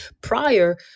prior